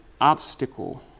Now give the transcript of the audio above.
obstacle